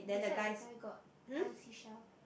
beside the guy got one seashell